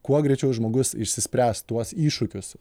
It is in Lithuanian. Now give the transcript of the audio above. kuo greičiau žmogus išsispręs tuos iššūkius